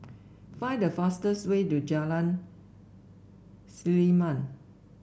find the fastest way to Jalan Selimang